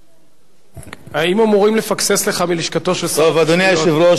האם אמורים לפקסס לך מלשכתו של שר התשתיות,